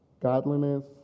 godliness